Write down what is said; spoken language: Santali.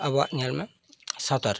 ᱟᱵᱚᱣᱟᱜ ᱧᱮᱞᱢᱮ ᱥᱟᱶᱛᱟᱨᱮ